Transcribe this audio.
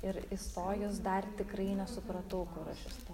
ir įstojus dar tikrai nesupratau kur aš esu